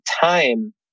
time